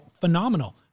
Phenomenal